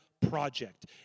Project